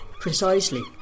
Precisely